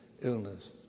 illness